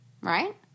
Right